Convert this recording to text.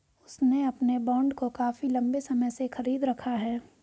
उसने अपने बॉन्ड को काफी लंबे समय से खरीद रखा है